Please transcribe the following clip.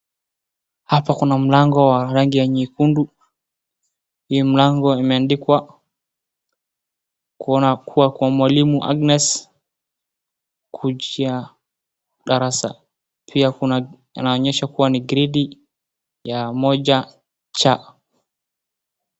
Hapa kuna mlango wa rangi nyekundu, ni mlango umeandikwa kwa mwalimu Agnes kujia darasa, pia kuna inaonyesha kuwa ni gredi ya moja cha.